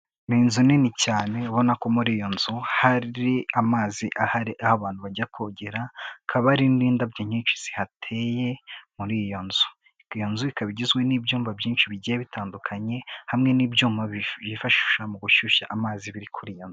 Ni inzu nini cyane ubona ko muri iyo nzu hari amazi ahari aho abantu bajya kogera, hakaba hari n'indabyo nyinshi zihateye muri iyo nzu, iyo nzu ikaba igizwe n'ibyumba byinshi bigiye bitandukanye hamwe n'ibyuma bifashisha mu gushyushya amazi biri kuri iyo nzu.